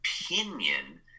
opinion